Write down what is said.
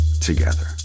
together